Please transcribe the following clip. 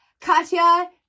Katya